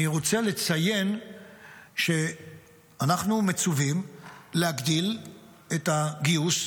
אני רוצה לציין שאנחנו מצווים להגדיל את הגיוס לצה"ל,